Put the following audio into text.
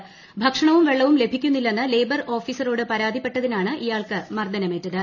വരികയായിരുന്ന ഭക്ഷണവും വെള്ളവും ലഭിക്കുന്നില്ലെന്ന് ലേബർ ഓഫീസറോട് പരാതിപ്പെട്ടതിനാണ് ഇയാൾക്ക് മർദ്ദനമേറ്റത്